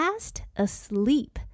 Asleep